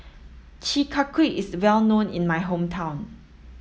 Chi Kak Kuih is well known in my hometown